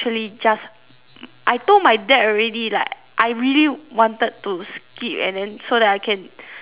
I told my dad already like I really wanted to skip and then so that I can like